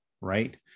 right